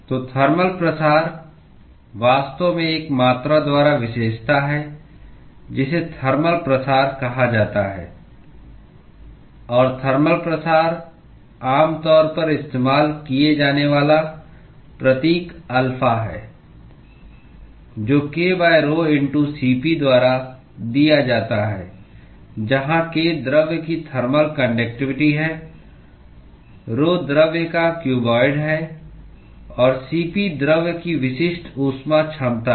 तो थर्मल प्रसार वास्तव में एक मात्रा द्वारा विशेषता है जिसे थर्मल प्रसार कहा जाता है और थर्मल प्रसार आमतौर पर इस्तेमाल किया जाने वाला प्रतीक अल्फा है जो krhoCp द्वारा दिया जाता है जहाँ k द्रव्य की थर्मल कान्डक्टिवटी है rho द्रव्य का क्यूबॉइड है और Cp द्रव्य की विशिष्ट ऊष्मा क्षमता है